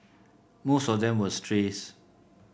most of them were strays